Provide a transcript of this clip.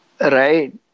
Right